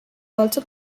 also